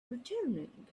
returning